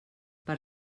per